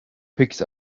picked